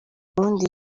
wundi